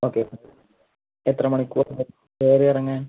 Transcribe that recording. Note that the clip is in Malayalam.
ഓക്കേ എത്ര മണിക്കൂർ കയറി ഇറങ്ങാൻ